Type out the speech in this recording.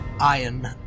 iron